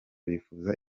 bifuza